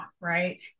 right